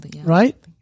right